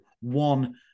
one